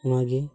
ᱚᱱᱟᱜᱮ